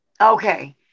okay